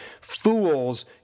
fools